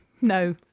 no